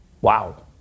Wow